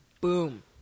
Boom